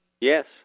Yes